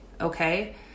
Okay